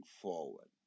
forward